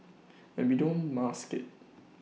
and we don't mask IT